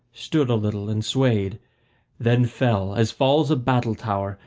stood a little, and swayed then fell, as falls a battle-tower,